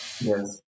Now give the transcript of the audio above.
yes